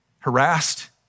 harassed